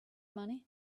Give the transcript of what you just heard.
money